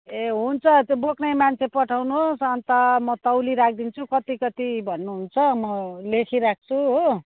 ए हुन्छ त्यो बोक्ने मान्छे पठाउनु होस् अन्त म तौली राखिदिन्छु कति कति भन्नु हुन्छ म लेखिराख्छु हो